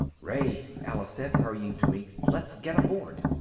ray, alice said, hurrying to me, let's get aboard.